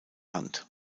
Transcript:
hand